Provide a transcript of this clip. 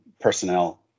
personnel